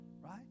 right